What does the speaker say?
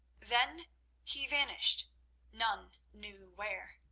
then he vanished none knew where.